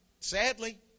Sadly